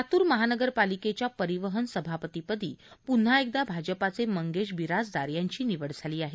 लातूर महानगरपालिकेच्या परिवहन सभापतीपदी पुन्हा एकदा भाजपाचे मंगेश बिराजदार यांची निवड झाली आहे